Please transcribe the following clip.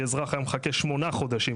כי אזרח היה מחכה שמונה חודשים,